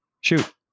shoot